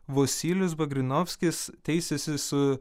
vosylius bagrinovskis teisėsi su